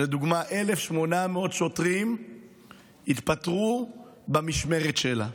שלדוגמה 1,800 שוטרים התפטרו במשמרת שלה.